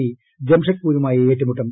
C ജംഷഡ്പൂരുമായി ഏറ്റുമുട്ടും